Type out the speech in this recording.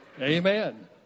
Amen